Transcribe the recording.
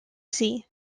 sea